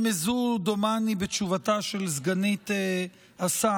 דומני שהדברים נרמזו בתשובתה של סגנית השר,